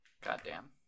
Goddamn